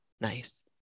Nice